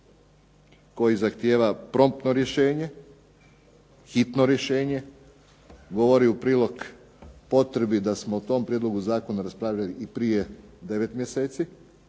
koji zahtjeva promptno rješenje, hitno rješenje. Govori u prilog potrebi da smo o tom prijedlogu zakona raspravljali i prije 9 mjeseci